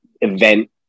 event